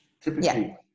typically